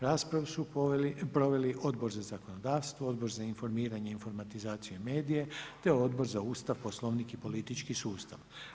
Raspravu su proveli Odbor za zakonodavstvo, Odbor za informiranje, informatizaciju i medije te Odbor za Ustav, Poslovnik i politički sustav.